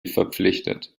verpflichtet